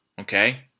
okay